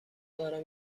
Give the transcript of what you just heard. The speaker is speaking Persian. دارم